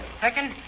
Second